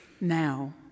now